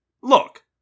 Look